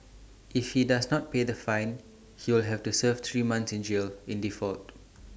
if he does not pay the fine he will have to serve three months in jail in default